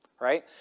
right